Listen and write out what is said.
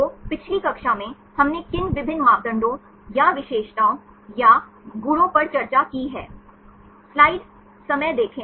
तो पिछली कक्षा में हमने किन विभिन्न मापदंडों या विशेषताओं या गुणों पर चर्चा की है